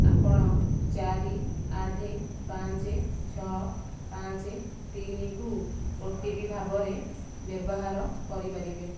ଆପଣ ଚାରି ଆଠ ପାଞ୍ଚ ଛଅ ପାଞ୍ଚ ତିନିକୁ ଓ ଟି ପି ଭାବରେ ବ୍ୟବହାର କରିପାରିବେ